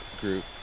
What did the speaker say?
group